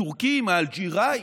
הטורקים, האלג'יראים?